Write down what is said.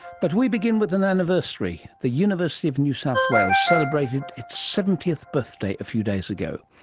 but we begin with an anniversary, the university of new south wales celebrated its seventieth birthday a few days ago.